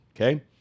Okay